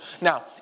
Now